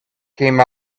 came